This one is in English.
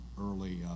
early